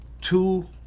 two